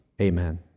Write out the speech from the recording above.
Amen